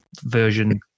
version